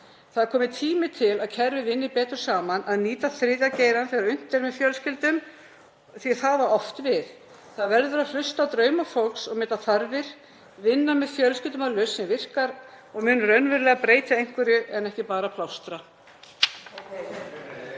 Það er kominn tími til að kerfin vinni betur saman, að nýta þriðja geirann með fjölskyldum þegar unnt er, því að það á oft við. Það verður að hlusta á drauma fólks og meta þarfir, vinna með fjölskyldum að lausn sem virkar og mun raunverulega breyta einhverju en ekki bara plástra.